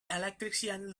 electrician